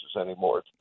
anymore